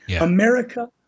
America